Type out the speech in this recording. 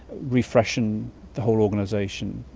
refresh and the whole organisation,